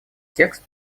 текст